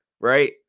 right